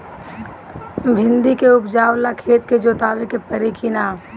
भिंदी के उपजाव ला खेत के जोतावे के परी कि ना?